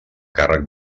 càrrec